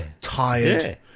tired